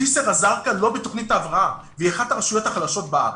ג'יסר א זרקא לא בתוכנית ההבראה והיא אחת הרשויות החלשות בארץ.